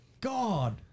God